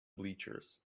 bleachers